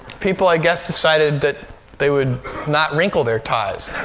people, i guess, decided that they would not wrinkle their ties.